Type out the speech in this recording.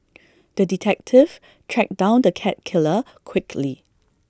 the detective tracked down the cat killer quickly